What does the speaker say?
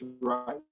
right